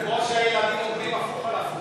כמו שהילדים אומרים, הפוך על הפוך.